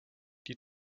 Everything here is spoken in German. die